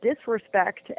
disrespect